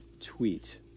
tweet